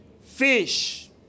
fish